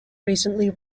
recently